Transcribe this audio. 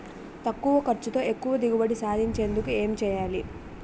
తక్కువ ఖర్చుతో ఎక్కువ దిగుబడి సాధించేందుకు ఏంటి చేయాలి?